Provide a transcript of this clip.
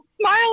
smile